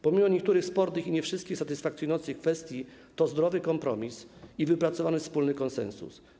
Pomimo niektórych spornych i nie wszystkich satysfakcjonujących kwestii jest to zdrowy kompromis, wypracowany wspólnie konsensus.